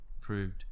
proved